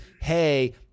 hey